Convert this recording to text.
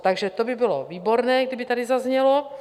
Takže to by bylo výborné, kdyby tady zaznělo.